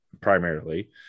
primarily